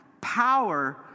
power